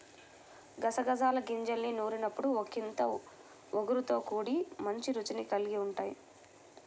గసగసాల గింజల్ని నూరినప్పుడు ఒకింత ఒగరుతో కూడి మంచి రుచిని కల్గి ఉంటయ్